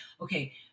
okay